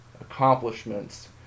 accomplishments